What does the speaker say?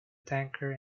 tanker